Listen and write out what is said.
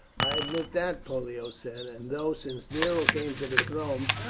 i admit that, pollio said, and though, since nero came to the throne,